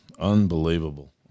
Unbelievable